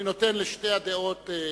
אני נותן לשתי הדעות,